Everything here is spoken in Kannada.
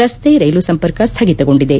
ರಸ್ತೆ ರೈಲು ಸಂಪರ್ಕ ಸ್ಗಗಿತಗೊಂಡಿದೆ